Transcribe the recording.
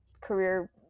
career